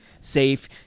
safe